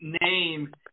name